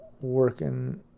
working